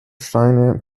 steine